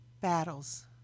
battles